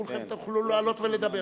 כולכם תוכלו לעלות ולדבר.